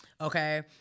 Okay